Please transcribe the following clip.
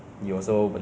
whatever